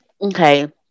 okay